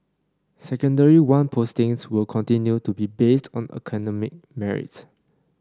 Secondary One postings will continue to be based on academic merit